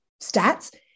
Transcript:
stats